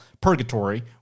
purgatory